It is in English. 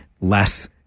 less